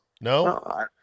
No